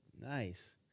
Nice